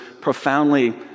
profoundly